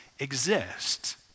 exist